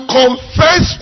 confess